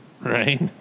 Right